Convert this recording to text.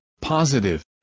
positive